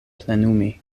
plenumi